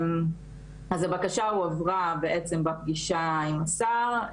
אז הבקשה הועברה בעצם בפגישה עם השר,